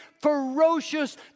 ferocious